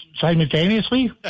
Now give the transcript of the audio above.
simultaneously